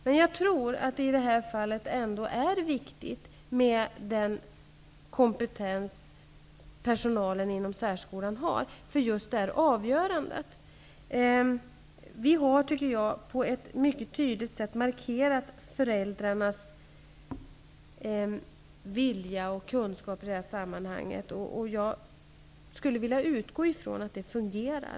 Men i detta fall är det ändå viktigt med den kompetens som personalen inom särskolan har för just detta avgörande. Vi har på ett mycket tydligt sätt markerat betydelsen av föräldrarnas vilja och kunskap i detta sammanhang. Jag utgår från att det fungerar.